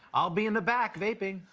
i'll be in the back vaporing.